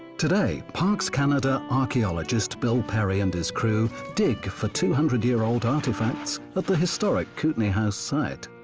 today, parks canada archeologist bill perry and his crew, dig for two hundred year old artifacts at the historic kootenai house site.